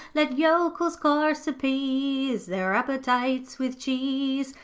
let yokels coarse appease their appetites with cheese.